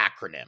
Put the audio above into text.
acronym